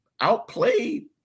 outplayed